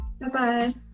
Bye-bye